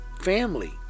family